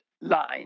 line